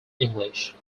english